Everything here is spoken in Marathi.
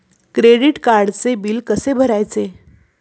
क्रेडिट कार्डचे बिल कसे भरायचे?